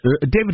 David